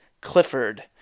Clifford